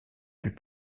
plus